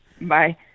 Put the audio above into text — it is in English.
Bye